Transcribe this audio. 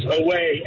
away